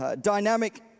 dynamic